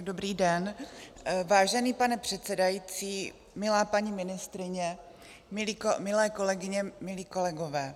Dobrý den, vážený pane předsedající, milá paní ministryně, milé kolegyně, milí kolegové.